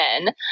men